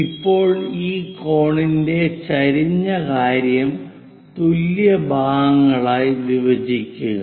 ഇപ്പോൾ ഈ കോണിന്റെ ചരിഞ്ഞ കാര്യം തുല്യ ഭാഗങ്ങളായി വിഭജിക്കുക